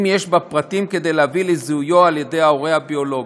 אם יש בפרטים כדי להביא לזיהויו על-ידי ההורה הביולוגי.